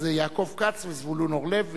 אז יעקב כץ וזבולון אורלב,